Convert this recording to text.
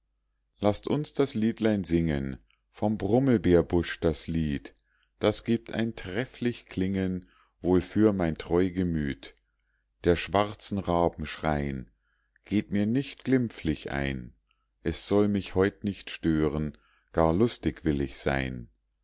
laßt uns das liedlein singen vom brummelbeerbusch das lied das gibt ein trefflich klingen wohl für mein treu gemüt der schwarzen raben schrei'n geht mir nicht glimpflich ein es soll mich heut nicht stören gar lustig will ich sein